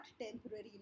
temporary